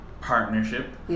partnership